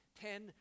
ten